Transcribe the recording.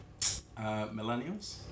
Millennials